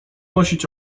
nosić